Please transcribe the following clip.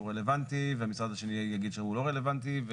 רלוונטי ומשרד אחר יגיד שהוא לא רלוונטי.